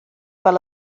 fel